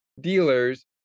dealers